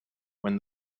when